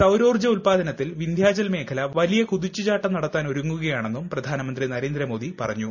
സൌരോർജ ഉത്പാദനത്തിൽ വിന്ധ്യാചൽ മേഖൽ വലിയ കുതിച്ചുചാട്ടം നടത്താൻ ഒരുങ്ങുകയാണെന്നും പ്രധാനമന്ത്രി നരേന്ദ്രമോദി പറഞ്ഞു